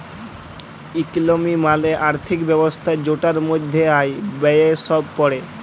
ইকলমি মালে আর্থিক ব্যবস্থা জেটার মধ্যে আয়, ব্যয়ে সব প্যড়ে